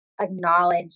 acknowledge